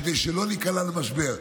כדי שלא ניקלע למשבר.